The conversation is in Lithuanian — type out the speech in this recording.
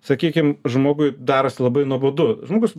sakykim žmogui darosi labai nuobodu žmogus